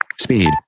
speed